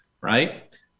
right